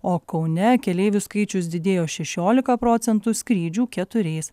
o kaune keleivių skaičius didėjo šešiolika procentų skrydžių keturiais